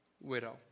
widow